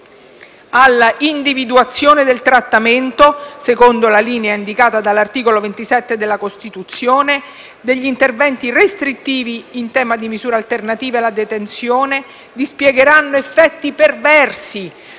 alla individuazione del trattamento, secondo la linea indicata dall'articolo 27 della Costituzione; in particolare, gli interventi restrittivi in tema di misure alternative alla detenzione dispiegheranno effetti perversi